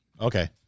Okay